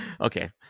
Okay